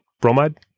Bromide